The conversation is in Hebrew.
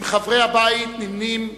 עם חברי הבית נמנים יהודים,